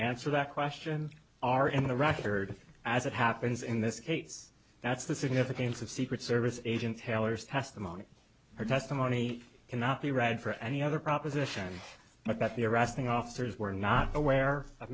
answer that question are in the record as it happens in this case that's the significance of secret service agent taylor's testimony her testimony cannot be read for any other proposition but that the arresting officers were not aware of